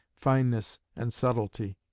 fineness, and subtilty.